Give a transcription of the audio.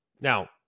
Now